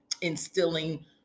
instilling